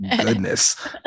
goodness